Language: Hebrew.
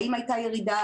האם הייתה ירידה,